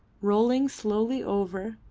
rolling slowly over,